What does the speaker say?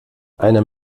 einer